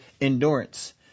endurance